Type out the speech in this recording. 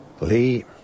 Lee